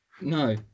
No